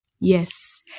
yes